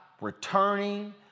returning